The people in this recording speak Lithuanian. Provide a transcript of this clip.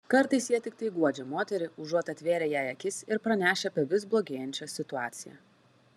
kartais jie tiktai guodžia moterį užuot atvėrę jai akis ir pranešę apie vis blogėjančią situaciją